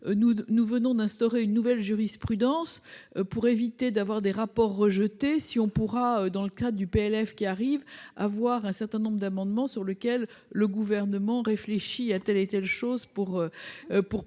nous venons d'instaurer une nouvelle jurisprudence pour éviter d'avoir des rapports rejeté si on pourra, dans le cas du PLF qui arrive à voir un certain nombre d'amendements, sur lequel le gouvernement réfléchit à telle et telle chose pour pour